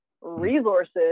resources